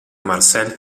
marcel